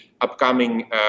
upcoming